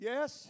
Yes